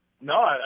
No